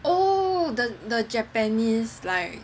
oh the the japanese like